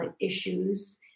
issues